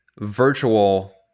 virtual